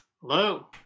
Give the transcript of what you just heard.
Hello